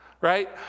right